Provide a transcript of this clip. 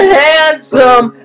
handsome